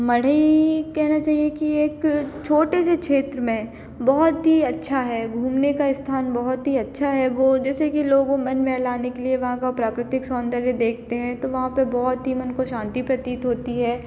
मड़ई कहना चाहिए कि एक छोटे से क्षेत्र में बहुत ही अच्छा है घूमने का स्थान बहुत ही अच्छा है वो जैसे कि लोगों मन बहलाने के लिए वहाँ का प्राकृतिक सौन्दर्य देखते हैं तो वहाँ पर बहुत ही मन को शांति प्रतीत होती है